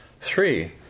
Three